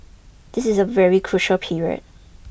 this is a very crucial period